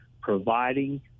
providing